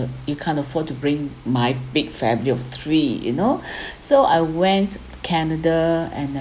but you can't afford to bring my big family of three you know so I went canada and